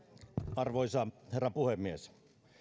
arvoisa herra puhemies